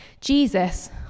Jesus